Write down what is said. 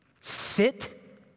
Sit